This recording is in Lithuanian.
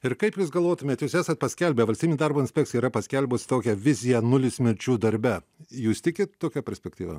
ir kaip jūs galvotumėt jūs esat paskelbę valstybinė darbo inspekcija yra paskelbus tokią viziją nulis mirčių darbe jūs tikit tokia perspektyva